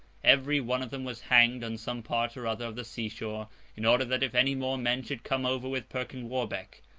every one of them was hanged on some part or other of the sea-shore in order, that if any more men should come over with perkin warbeck,